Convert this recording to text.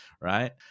right